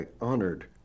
honored